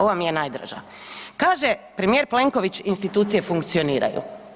Ova mi je najdraža, kaže premijer Plenković, institucije funkcioniraju.